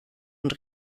und